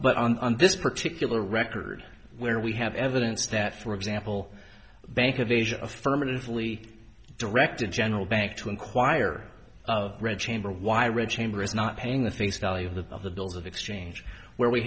but on this particular record where we have evidence that for example bank of asia affirmatively directed general banks to acquire red chamber why red chamber is not paying the face value of the bills of exchange where we